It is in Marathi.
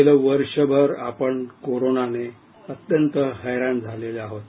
गेले वर्षभर आपण कोरोनाने अत्यंत हैरान झालेलो आहोत